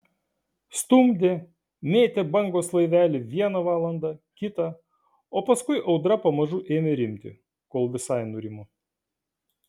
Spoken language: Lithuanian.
stumdė mėtė bangos laivelį vieną valandą kitą o paskui audra pamažu ėmė rimti kol visai nurimo